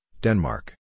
Denmark